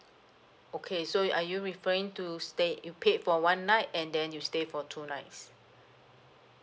okay so you are you referring to stay you paid for one night and then you stay for two nights